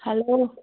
hello